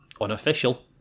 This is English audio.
unofficial